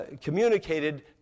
communicated